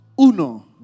Uno